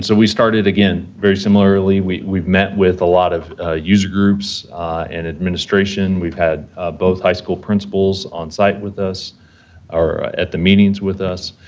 so we started, again, very similarly, we met with a lot of user groups and administration. we've had both high school principals on site with us or at the meetings with us,